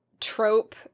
trope